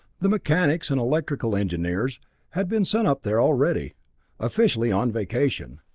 the mechanics and electrical engineers had been sent up there already officially on vacation.